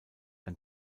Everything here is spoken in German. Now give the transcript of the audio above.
ein